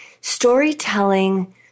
Storytelling